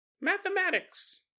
Mathematics